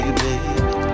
baby